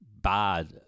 bad